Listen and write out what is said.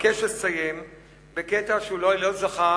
אבקש לסיים בקטע שאולי לא זכה